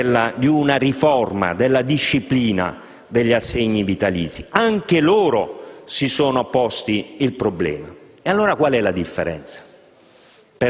di una riforma della disciplina degli assegni vitalizi; anche loro si sono posti il problema. Allora, bisogna capire qual è la differenza